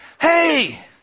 hey